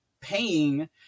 paying